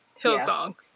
Hillsong